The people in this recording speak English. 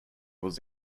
was